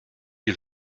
you